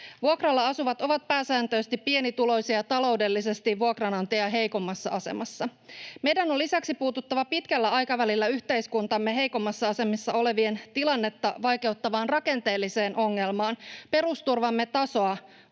Vuokralla asuvat ovat pääsääntöisesti pienituloisia ja taloudellisesti vuokranantajaa heikommassa asemassa. Meidän on lisäksi puututtava pitkällä aikavälillä yhteiskuntamme heikoimmassa asemassa olevien tilannetta vaikeuttavaan rakenteelliseen ongelmaan: perusturvamme tasoa